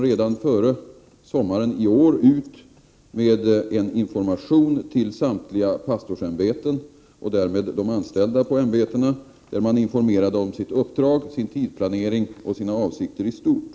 Redan före sommaren i år gick kommittén ut med information till samtliga pastorsämbeten och därmed till de anställda på ämbetena om sitt uppdrag, sin tidsplanering och sina avsikter i stort.